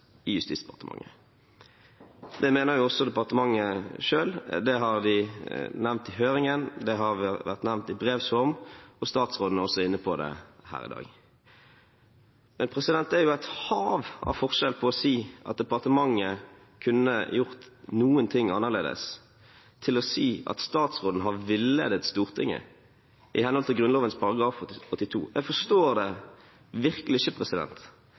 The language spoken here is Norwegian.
i Justis- og beredskapsdepartementet. Det mener også departementet selv, det har de nevnt i høringen, det har vært nevnt i brevs form, og statsråden er også inne på det her i dag. Men det er jo et hav av forskjell på å si at departementet kunne gjort noen ting annerledes, til å si at statsråden har villedet Stortinget i henhold til Grunnloven § 82. Jeg forstår det virkelig ikke,